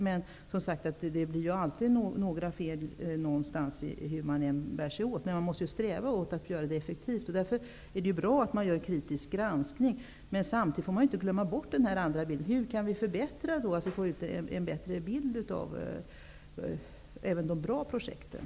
Men hur man än bär sig åt blir det alltid fel någonstans. Man måste sträva efter att vara effektiv. Därför är det bra med en kritisk granskning. Men hur kan en bättre bild förmedlas av även de bra projekten?